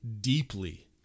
deeply